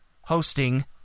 hosting